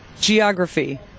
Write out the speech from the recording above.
geography